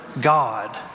God